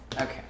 Okay